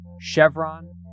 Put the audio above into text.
Chevron